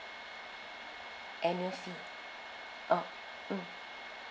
annual fee oh um